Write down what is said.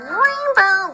rainbow